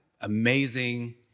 amazing